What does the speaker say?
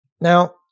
Now